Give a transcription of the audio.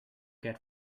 get